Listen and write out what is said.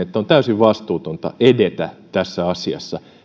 että on täysin vastuutonta edetä tässä asiassa